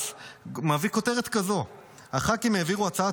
מביא כותרת כזו: "הח"כים העבירו --- הצעת